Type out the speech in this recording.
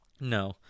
No